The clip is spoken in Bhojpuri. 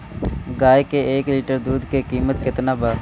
गाए के एक लीटर दूध के कीमत केतना बा?